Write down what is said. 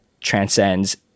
transcends